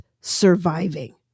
surviving